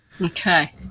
Okay